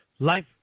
Life